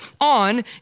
on